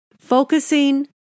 focusing